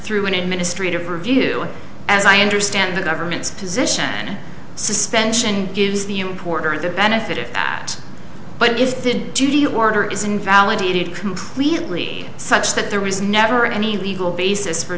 through an administrative review as i understand the government's position suspension gives the importer the benefit of that but if they do you order is invalidated completely such that there was never any legal basis for